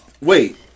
Wait